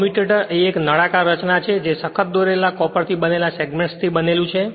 commutator એ એક નળાકાર રચના છે જે સખત દોરેલા કોપરથી બનેલા સેગમેન્ટ્સથી બનેલું છે